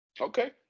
Okay